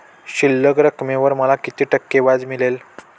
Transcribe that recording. शिल्लक रकमेवर मला किती टक्के व्याज मिळेल?